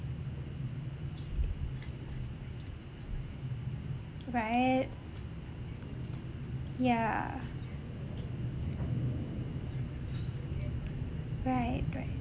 right yeah right right